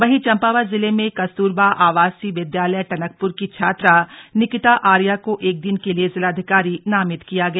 वहीं चम्पावत जिले में कस्तूरबा आवासीय विद्यालय टनकपुर की छात्रा निकिता आर्या को एक दिन के लिए जिलाधिकारी नामित किया गया